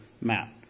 Matt